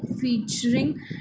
featuring